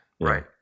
Right